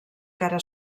cara